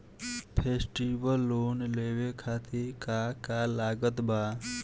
Festival loan लेवे खातिर का का लागत बा?